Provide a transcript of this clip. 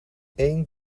eén